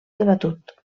debatut